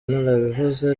narabivuze